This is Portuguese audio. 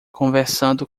conversando